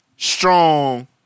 Strong